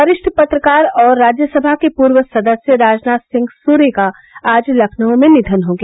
वरिष्ठ पत्रकार और राज्यसभा के पूर्व सदस्य राजनाथ सिंह सूर्य का आज लखनऊ में निधन हो गया